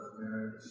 marriage